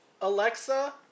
Alexa